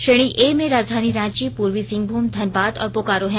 श्रेणी ए में राजधानी रांची पूर्वी सिंहभूम धनबाद और बोकारो है